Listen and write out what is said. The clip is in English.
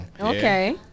Okay